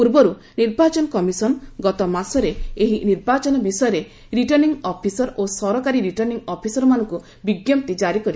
ପୂର୍ବରୁ ନିର୍ବାଚନ କମିଶନ୍ ଗତ ମାସରେ ଏହି ନିର୍ବାଚନ ବିଷୟରେ ରିଟର୍ଣ୍ଣିଂ ଅଫିସର୍ ଓ ସରକାରୀ ରିଟର୍ଣ୍ଣିଂ ଅଫିସରମାନଙ୍କୁ ବିଞ୍ଜପ୍ତି ଜାରିକରି ସାରିଛନ୍ତି